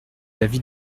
l’avis